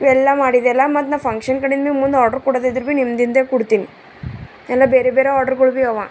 ಇವೆಲ್ಲ ಮಾಡಿದ್ದೆ ಅಲಾ ಮತ್ತು ನಾ ಫಂಕ್ಷನ್ ಕಡೆಯಿಂದ ಮುಂದೆ ಆರ್ಡ್ರ್ ಕೊಡೋದಿದ್ರೂ ಬಿ ನಿಮ್ದಿಂದೆ ಕೊಡ್ತೀನಿ ಎಲ್ಲ ಬೇರೆ ಬೇರೆ ಆರ್ಡ್ರ್ಗಳು ಬಿ ಅವ